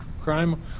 crime